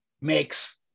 makes